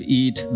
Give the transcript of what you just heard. eat